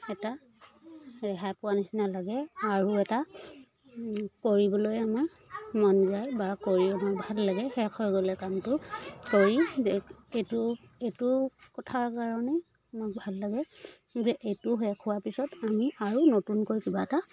এটা ৰেহাই পোৱা নিচিনা লাগে আৰু এটা কৰিবলৈ আমাৰ মন যায় বা কৰি আমাৰ ভাল লাগে শেষ হৈ গ'লে কামটো কৰি এইটো এইটো কথাৰ কাৰণে মোক ভাল লাগে যে এইটো শেষ হোৱাৰ পিছত আমি আৰু নতুনকৈ কিবা এটা